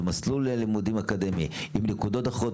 זה מסלול לימודים אקדמי עם נקודות אחרות,